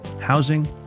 housing